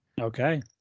Okay